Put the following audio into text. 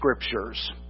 Scriptures